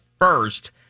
first